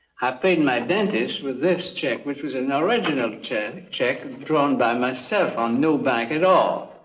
i paid my dentist with this check which was an original check check and drawn by myself on no bank at all.